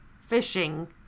fishing